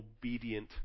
obedient